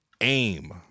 AIM